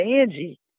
Angie